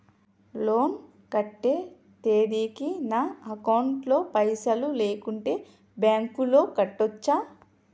Loan కట్టే తేదీకి నా అకౌంట్ లో పైసలు లేకుంటే బ్యాంకులో కట్టచ్చా?